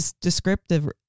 descriptive